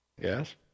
Yes